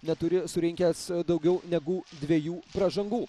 neturi surinkęs daugiau negu dviejų pražangų